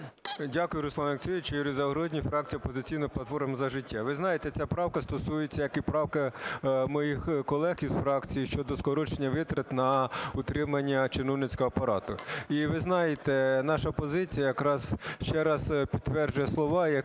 Дякую, Руслан Олексійович. Юрій Загородній, фракція "Опозиційна платформа - За життя". Ви знаєте, ця правка стосується, як і правка моїх колег із фракції, щодо скорочення витрат на утримання чиновницького апарату. І, ви знаєте, наша позиція якраз ще раз підтверджує слова,